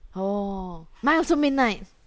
orh mine also midnight